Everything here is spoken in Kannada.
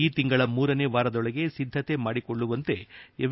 ಈ ತಿಂಗಳ ಮೂರನೇ ವಾರದೊಳಗೆ ಸಿದ್ದತೆ ಮಾಡಿಕೊಳ್ಳುವಂತೆ ಎಂ